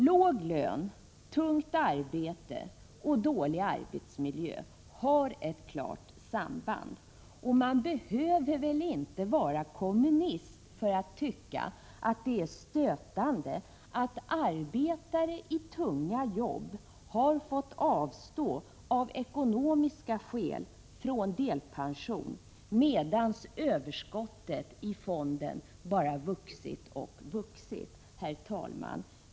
Låg lön, tungt arbete och dålig arbetsmiljö har ett klart samband, och man behöver väl inte vara kommunist för att tycka att det är stötande att arbetare i tunga jobb av ekonomiska skäl har fått avstå från delpension, medan överskottet i fonden bara vuxit och vuxit. Herr talman!